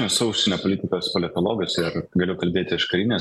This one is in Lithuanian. nusausinę politikas politologas ir galiu kalbėti iš karinės